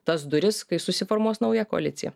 tas duris kai susiformuos nauja koalicija